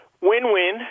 Win-win